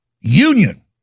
union